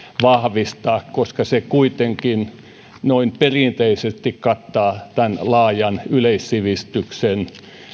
vahvistaa koska se kuitenkin perinteisesti kattaa tämän laajan yleissivistyksen